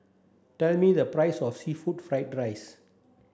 tell me the price of seafood fried rice